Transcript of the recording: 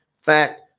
fact